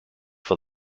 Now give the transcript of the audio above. for